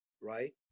right